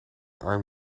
arm